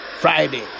Friday